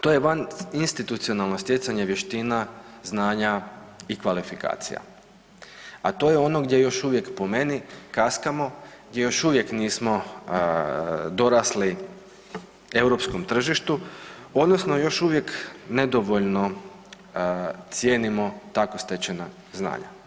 To je vaninstitucionalno stjecaje vještina, znanja i kvalifikacija, a to je ono gdje još uvijek po meni, kaskamo, gdje još uvijek nismo dorasli europskom tržištu, odnosno još uvijek nedovoljno cijenimo tako stečena znanja.